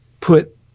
put